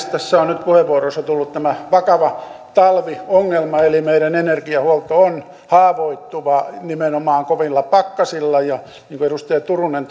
tässä on nyt puheenvuoroissa tullut tämä vakava talviongelma eli meidän energiahuolto on haavoittuva nimenomaan kovilla pakkasilla ja niin kuin edustaja turunen